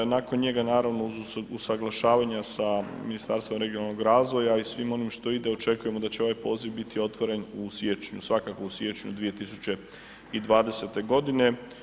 Nakon njega naravno uz usaglašavanja sa Ministarstvom regionalnog razvoja i svim onim što ide očekujemo da će ovaj poziv biti otvoren u siječnju, svakako u siječnju 2020. godine.